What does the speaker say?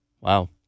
Wow